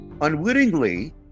Unwittingly